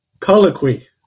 Colloquy